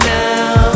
now